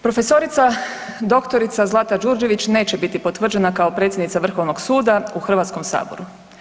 Profesorica, doktorica Zlata Đurđević neće biti potvrđena kao predsjednica Vrhovnog suda u Hrvatskom saboru.